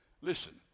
Listen